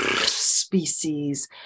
species